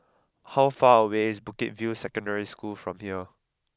how far away is Bukit View Secondary School from here